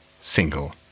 single